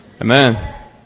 Amen